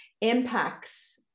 impacts